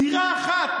דירה אחת.